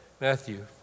Matthew